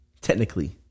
Technically